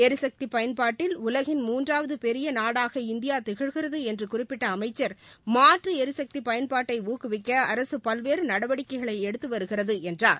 எரிகக்தி பயன்பாட்டில் உலகின் மூன்றாவது பெரிய நாடாக இந்தியா திகழ்கிறது என்று குறிப்பிட்ட அமைச்சா் மாற்று எரிசக்தி பயன்பாட்டை ஊக்குவிக்க அரசு பல்வேறு நடவடிக்கைகளை எடுத்து வருகிறது என்றார்